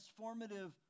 transformative